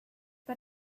but